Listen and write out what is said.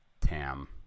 Tam